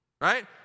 Right